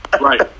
Right